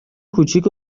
کوچیک